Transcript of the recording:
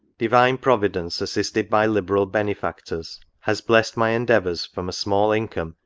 divine providence, assisted by liberal benefactors, has blest my endeavours, from a small income,